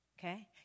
okay